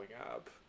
up